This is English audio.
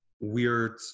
weird